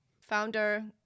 founder